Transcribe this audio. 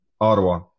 Ottawa